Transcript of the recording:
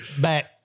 back